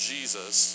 Jesus